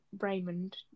Raymond